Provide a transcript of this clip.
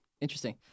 Interesting